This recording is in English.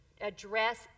address